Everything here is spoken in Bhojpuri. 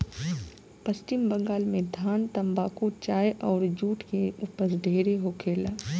पश्चिम बंगाल में धान, तम्बाकू, चाय अउर जुट के ऊपज ढेरे होखेला